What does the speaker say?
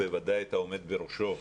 בוודאי את העומד בראשו,